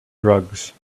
drugs